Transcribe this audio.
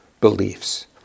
beliefs